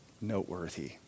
noteworthy